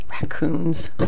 raccoons